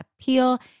appeal